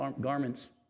garments